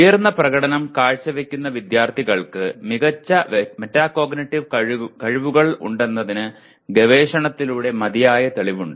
ഉയർന്ന പ്രകടനം കാഴ്ചവയ്ക്കുന്ന വിദ്യാർത്ഥികൾക്ക് മികച്ച മെറ്റാകോഗ്നിറ്റീവ് കഴിവുകൾ ഉണ്ടെന്നതിന് ഗവേഷണത്തിലൂടെ മതിയായ തെളിവുണ്ട്